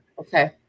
okay